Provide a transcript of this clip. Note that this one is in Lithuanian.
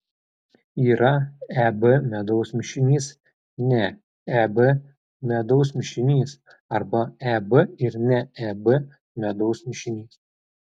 yra eb medaus mišinys ne eb medaus mišinys arba eb ir ne eb medaus mišinys